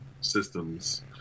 systems